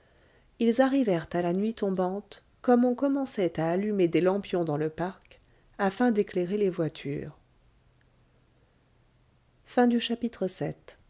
ils arrivèrent à la nuit tombante comme on commençait à allumer des lampions dans le parc afin d'éclairer les voitures